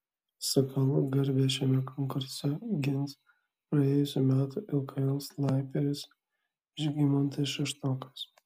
sakalų garbę šiame konkurse gins praėjusių metų lkl snaiperis žygimantas šeštokas